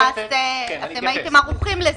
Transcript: אתם הייתם ערוכים לזה.